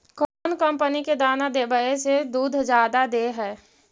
कौन कंपनी के दाना देबए से दुध जादा दे है?